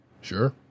Sure